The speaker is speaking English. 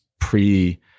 pre